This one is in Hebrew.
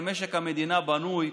הרי משק המדינה בנוי,